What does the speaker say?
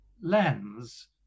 lens